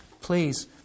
please